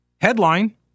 Headline